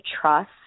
trust